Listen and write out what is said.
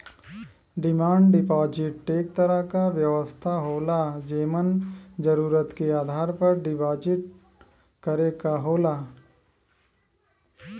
demand deposit एक तरह क व्यवस्था होला जेमन जरुरत के आधार पर डिपाजिट करे क होला